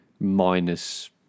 minus